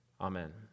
Amen